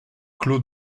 clos